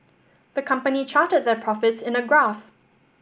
the company charted their profits in a graph